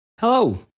Hello